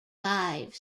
five